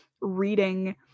reading